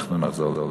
שאנחנו נחזור לכנסת.